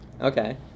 Okay